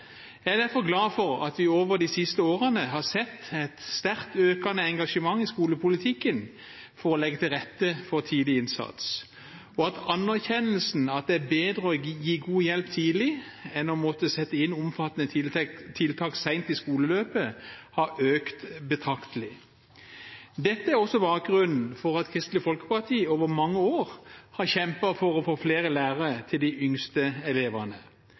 Jeg er derfor glad for at vi over de siste årene har sett et sterkt økende engasjement i skolepolitikken for å legge til rette for tidlig innsats, og at anerkjennelsen av at det er bedre å gi god hjelp tidlig enn å måtte sette inn omfattende tiltak sent i skoleløpet, har økt betraktelig. Dette er også bakgrunnen for at Kristelig Folkeparti over mange år har kjempet for å få flere lærere til de yngste elevene.